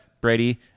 Brady